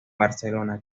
barcelona